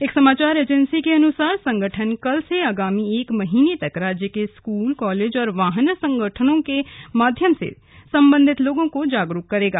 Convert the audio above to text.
एक समाचार एजेंसी के अनुसार संगठन कल से आगामी एक महीने तक राज्य के स्कूल कॉलेज और वाहन संगठनों के माध्यम से सम्बंधित लोगों को जागरूक करेगा